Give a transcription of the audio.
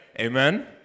Amen